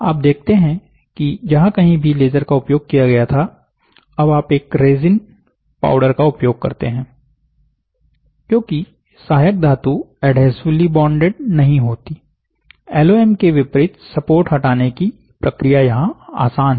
आप देखते हैं कि जहां कहीं भी लेजर को उपयोग किया गया था अब आप एक रेसिन पाउडर का उपयोग करते हैं क्योंकि सहायक धातु एडहेसिवली बोंडेड नहीं होती एलओएम के विपरीत सपोर्ट हटाने की प्रक्रिया यहां आसान है